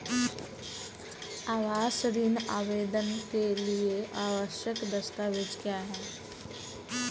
आवास ऋण आवेदन के लिए आवश्यक दस्तावेज़ क्या हैं?